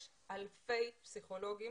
יש אלפי פסיכולוגים